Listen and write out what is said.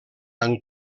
amb